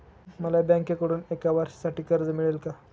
मला बँकेकडून एका वर्षासाठी कर्ज मिळेल का?